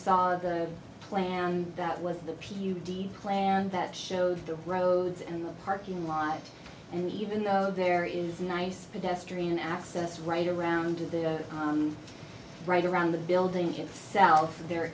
saw the plan that was the p u d plan that showed the roads and the parking lot and even though there is nice pedestrian access right around to the right around the building itself there